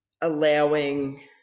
allowing